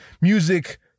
Music